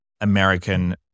American